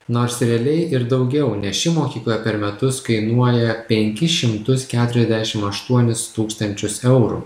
nors realiai ir daugiau nes ši mokykla per metus kainuoja penkis šimtus keturiasdešim aštuonis tūkstančius eurų